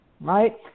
right